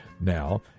Now